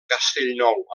castellnou